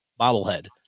bobblehead